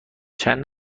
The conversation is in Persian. چند